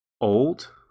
old